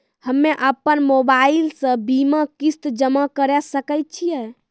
हम्मे अपन मोबाइल से बीमा किस्त जमा करें सकय छियै?